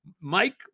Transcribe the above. Mike